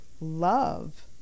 love